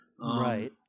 Right